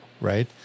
right